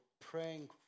praying